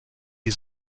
die